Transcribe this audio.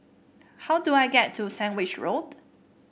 how do I get to Sandwich Road